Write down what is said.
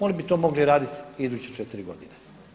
Oni bi to mogli raditi iduće četiri godine.